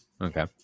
okay